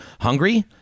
Hungry